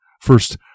First